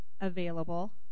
available